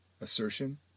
Assertion